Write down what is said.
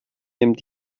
nimmt